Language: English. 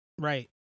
Right